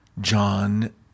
John